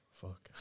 Fuck